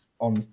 on